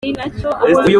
uyu